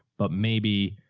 but maybe.